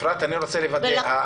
אפרת, אני רוצה לוודא.